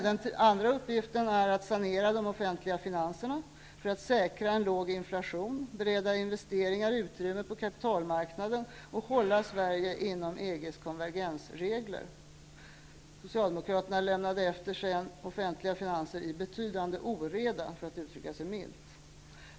Den andra uppgiften är att sanera de offentliga finanserna för att säkra en låg inflation, bereda investeringar utrymme på kapitalmarknaden och hålla Sverige inom ramen för EG:s konvergensregler. Socialdemokraterna lämnade efter sig offentliga finanser i en betydande oreda -- milt uttryckt.